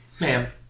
Ma'am